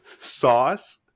sauce